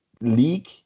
league